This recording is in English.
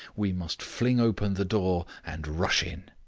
we must fling open the door and rush in.